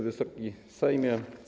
Wysoki Sejmie!